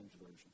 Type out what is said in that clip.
Version